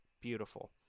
Beautiful